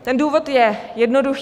Ten důvod je jednoduchý.